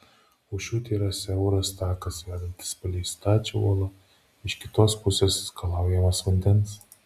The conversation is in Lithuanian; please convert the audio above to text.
už šių tėra siauras takas vedantis palei stačią uolą iš kitos pusės skalaujamas vandens